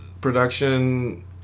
Production